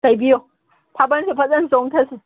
ꯇꯩꯕꯤꯌꯣ ꯊꯕꯜꯁꯨ ꯐꯖꯟꯅ ꯆꯣꯡꯊꯁꯤ